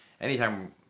anytime